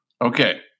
Okay